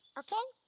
okay?